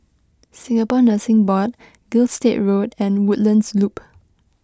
Singapore Nursing Board Gilstead Road and Woodlands Loop